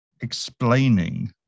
explaining